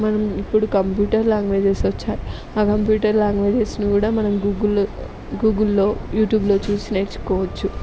మనం ఇప్పుడు computer languages వచ్చా ఆ కంప్యూటర్ లాంగ్వేజెస్ని కూడా మనం గూగుల్లో గూగుల్లో యూట్యూబ్లో చూసి నేర్చుకోవచ్చు